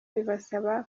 bibasaba